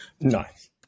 nice